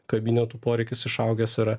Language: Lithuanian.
kabinetų poreikis išaugęs yra